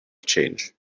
change